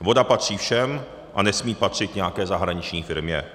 Voda patří všem a nesmí patřit nějaké zahraniční firmě.